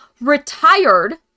retired